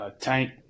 Tank –